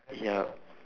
yup